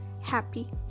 happy